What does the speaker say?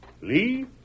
Lee